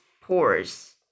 pores